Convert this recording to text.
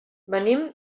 venim